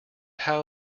how